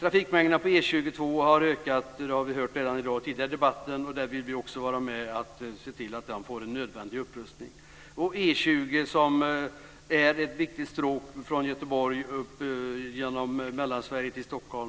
Trafikmängden på E 22 har ökat. Det har vi hört tidigare i debatten i dag. Där vill vi vara med att se till att den får en nödvändig upprustning. E 20 är ett viktigt stråk från Göteborg upp genom Mellansverige till Stockholm.